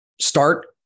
Start